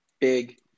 big